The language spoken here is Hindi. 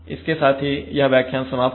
इसके साथ ही यह व्याख्यान समाप्त हुआ